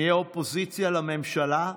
נהיה אופוזיציה לממשלה,